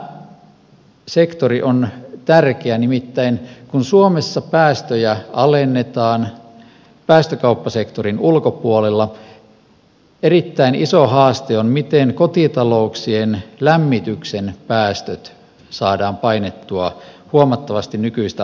tämä sektori on tärkeä nimittäin kun suomessa päästöjä alennetaan päästökauppasektorin ulkopuolella erittäin iso haaste on miten kotitalouksien lämmityksen päästöt saadaan painettua huomattavasti nykyistä alemmalle tasolle